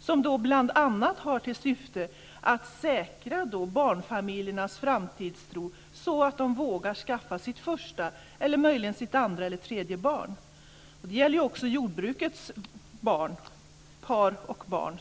som bl.a. har till syfte att säkra barnfamiljernas framtidstro så att de vågar skaffa sitt första eller möjligen sitt andra eller tredje barn. Det gäller också jordbrukets par och barn.